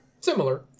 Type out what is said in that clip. Similar